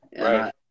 Right